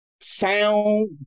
sound